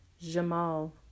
Jamal